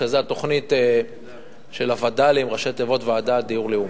שזאת התוכנית של ועדת דיור לאומית.